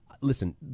Listen